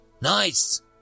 Nice